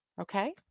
okay